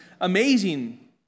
amazing